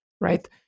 right